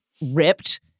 ripped